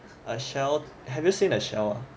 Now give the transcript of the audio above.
a shell have you seen a shell